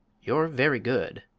you're very good,